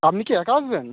আপনি কি একা আসবেন